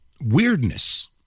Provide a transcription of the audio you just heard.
weirdness